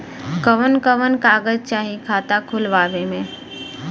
कवन कवन कागज चाही खाता खोलवावे मै?